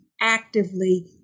actively